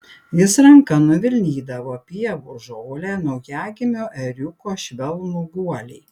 jis ranka nuvilnydavo pievų žolę naujagimio ėriuko švelnų guolį